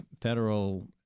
federal